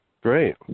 Great